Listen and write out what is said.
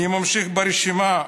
אני ממשיך ברשימה.